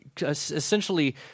essentially